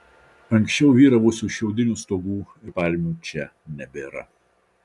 anksčiau vyravusių šiaudinių stogų ir palmių čia nebėra